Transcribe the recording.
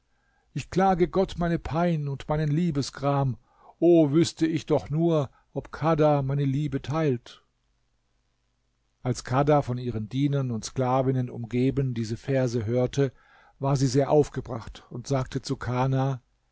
ich klage gott meine pein und meinen liebesgram o wüßte ich doch nur ob kadha meine liebe teilt als kadha von ihren dienern und sklavinnen umgeben diese verse hörte war sie sehr aufgebracht und sagte zu kana